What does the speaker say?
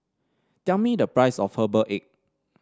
tell me the price of Herbal Egg